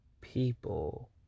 people